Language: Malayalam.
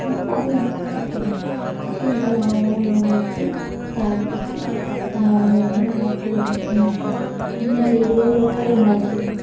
അപ്പോൾ അത് കഴിഞ്ഞു ചിക്കൻ ഇടും ചിക്കൻ ഇട്ട് നല്ലോണം മൂടിവച്ച് തിളപ്പിച്ച് നല്ലോണം വേവുമ്പോൾ നല്ല അടിപൊളി ചിക്കൻ കറി കിട്ടും അതാണു ഞാൻ ചേരുവകൾ ഉൾപ്പെടെ ഉണ്ടാക്കിയത്